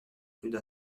rude